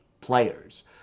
players